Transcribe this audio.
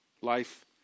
life